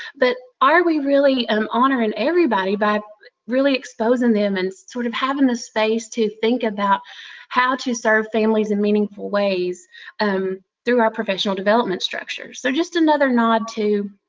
but are we really um honoring everybody, by really exposing them and sort of having the space to think about how to serve families in meaningful ways um through our professional development structures? they're just another nod to